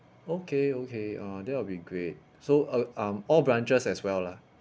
okay okay uh that will be great so uh um all branches as well lah